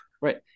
Right